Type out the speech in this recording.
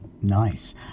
Nice